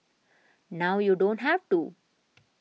now you don't have to